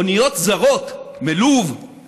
אוניות זרות מלוב,